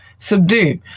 Subdue